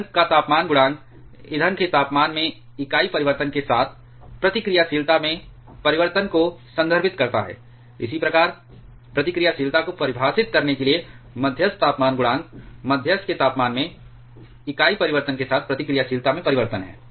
ईंधन का तापमान गुणांक ईंधन के तापमान में इकाई परिवर्तन के साथ प्रतिक्रियाशीलता में परिवर्तन को संदर्भित करता है इसी प्रकार प्रतिक्रियाशीलता को परिभाषित करने के लिए मध्यस्थ तापमान गुणांक मध्यस्थ के तापमान में इकाई परिवर्तन के साथ प्रतिक्रियाशीलता में परिवर्तन है